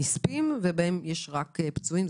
נספים לבין מקרים שבהם יש רק פצועים.